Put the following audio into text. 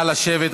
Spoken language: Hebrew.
נא לשבת,